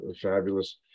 fabulous